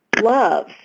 love